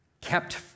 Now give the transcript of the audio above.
kept